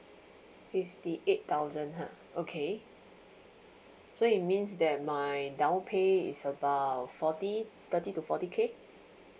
fifty eight thousand ha okay so it means that my down pay is about forty thirty to forty K